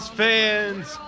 fans